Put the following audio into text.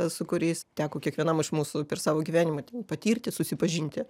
su kuriais teko kiekvienam iš mūsų per savo gyvenimą ten patirti susipažinti